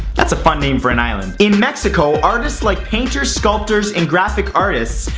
that's a fun name for an island. in mexico, artists like painters, sculptors and graphic artists,